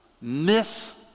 miss